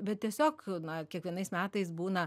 bet tiesiog na kiekvienais metais būna